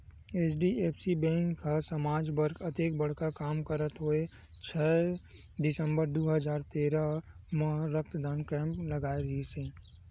HDFC bank ह समाज बर अतेक बड़का काम करत होय छै दिसंबर दू हजार तेरा म रक्तदान कैम्प लगाय रिहिस हे